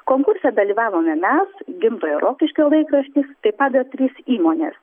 konkurse dalyvavome mes gimtojo rokiškio laikraštis taip pat dar trys įmonės